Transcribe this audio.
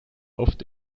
oft